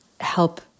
help